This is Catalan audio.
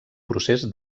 procés